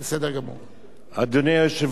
אדוני היושב-ראש, כנסת נכבדה,